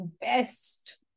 best